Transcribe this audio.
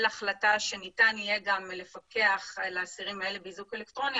החלטה שניתן יהיה לפקח על האסירים האלה באיזוק אלקטרוני,